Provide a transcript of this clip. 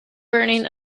burning